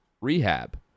rehab